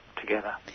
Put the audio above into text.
together